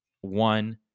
One